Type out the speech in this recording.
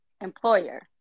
employer